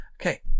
Okay